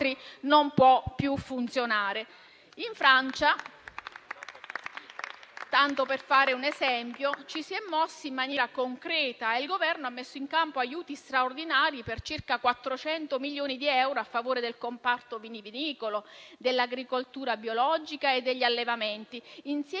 non può più funzionare. In Francia, tanto per fare un esempio, ci si è mossi in maniera concreta e il Governo ha messo in campo aiuti straordinari per circa 400 milioni di euro a favore del comparto vitivinicolo, dell'agricoltura biologica e degli allevamenti, insieme